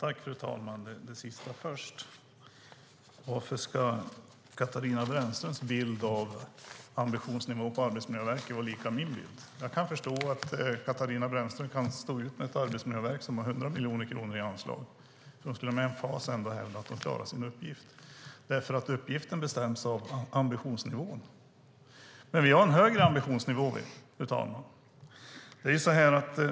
Fru talman! Jag tar det sista först. Varför ska Katarina Brännströms bild av ambitionsnivån på Arbetsmiljöverket vara lik min bild? Jag kan förstå att Katarina Brännström kan stå ut med ett arbetsmiljöverk som har 100 miljoner kronor i anslag - hon skulle ändå med emfas hävda att de klarar sin uppgift, för uppgiften bestäms av ambitionsnivån. Vi har dock en högre ambitionsnivå, fru talman.